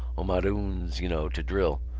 omadhauns, you know, to drill.